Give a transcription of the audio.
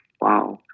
wow